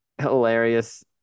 hilarious